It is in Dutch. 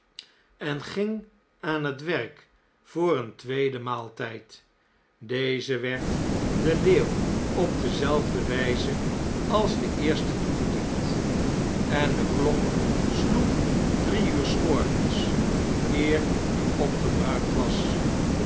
en ging aan het werk voor een tweeden maaltijd deze werd den leeuw op dezelfde wijze als de eerste toegediend en de klok sloeg drie uur s morgens eer die opgebruikt was